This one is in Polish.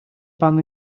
pan